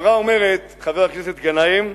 חבר הכנסת גנאים,